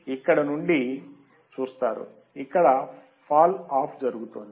మీరు ఇక్కడ నుండి చూస్తారు ఇక్కడ ఫాల్ ఆఫ్ జరుగుతోంది